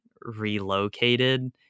relocated